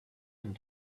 and